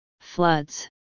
floods